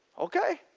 okay,